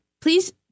Please